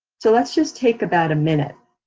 so let's just take about a minute,